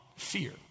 fear